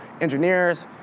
engineers